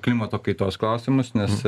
klimato kaitos klausimus nes